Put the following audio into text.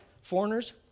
foreigners